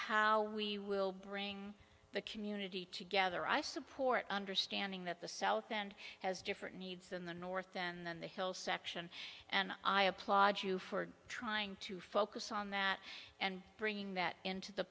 how we will bring the community together i support understanding that the south end has different needs in the north and the hill section and i applaud you for trying to focus on that and bringing that into the